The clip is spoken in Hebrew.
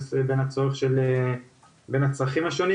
יש הבדל בין הצרכים השונים